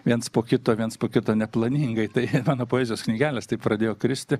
viens po kito viens po kito neplaningai tai mano poezijos knygelės taip pradėjo kristi